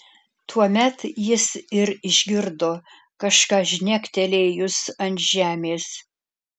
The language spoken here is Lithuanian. tuomet jis ir išgirdo kažką žnektelėjus ant žemės